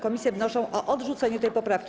Komisje wnoszą o odrzucenie tej poprawki.